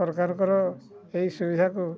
ସରକାରଙ୍କର ଏହି ସୁବିଧାକୁ